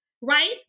right